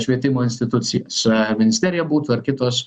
švietimo institucijas ar ministerija būtų ar kitos